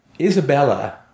Isabella